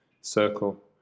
circle